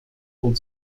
food